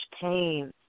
pain